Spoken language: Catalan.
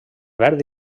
verd